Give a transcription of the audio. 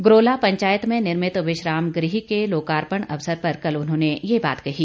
गरोला पंचायत में निर्मित विश्रामग्रह के लोकार्पण अवसर पर कल उन्होंने ये बात कही